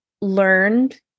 learned